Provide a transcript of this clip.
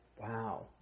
Wow